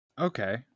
Okay